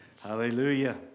Hallelujah